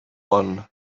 one